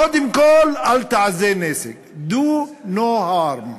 קודם כול, אל תעשה נזק, do no harm.